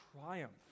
triumph